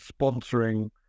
sponsoring